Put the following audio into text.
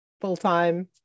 full-time